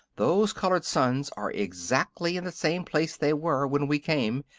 those colored suns are exactly in the same place they were when we came,